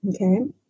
Okay